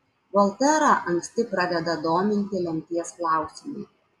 volterą anksti pradeda dominti lemties klausimai